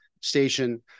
station